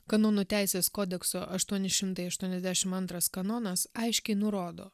kanonų teisės kodekso aštuoni šimtai aštuoniasdešim antras kanonas aiškiai nurodo